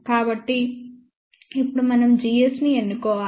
కాబట్టి ఇప్పుడు మనం gs ని ఎన్నుకోవాలి